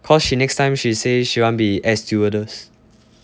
cause she next time she say she want be air stewardess